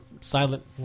Silent